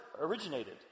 originated